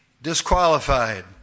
disqualified